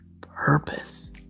purpose